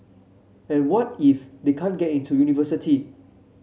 and what if they can't get into university